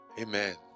amen